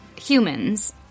humans